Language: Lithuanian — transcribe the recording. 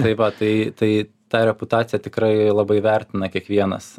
tai va tai tai tą reputaciją tikrai labai vertina kiekvienas